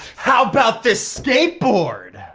how about this skateboard?